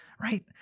right